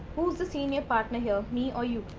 who is the senior partner here, me or you?